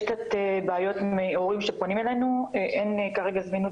יש קצת בעיות עם הורים שפונים אלינו, ואין זמינות